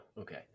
Okay